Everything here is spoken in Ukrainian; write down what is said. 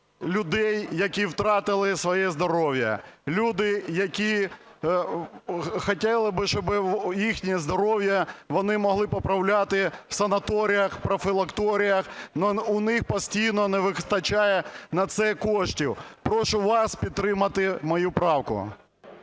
людей, які втратили своє здоров'я. Люди, які хотіли б, щоб їхнє здоров'я вони могли поправляти в санаторіях, профілакторіях, у них постійно не вистачає на це коштів. Прошу вас підтримати мою правку.